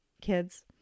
kids